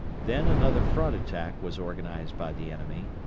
then another front attack was organized by the enemy,